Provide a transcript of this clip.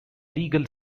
legal